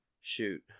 shoot